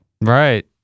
Right